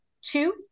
Two